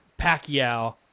Pacquiao